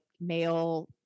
male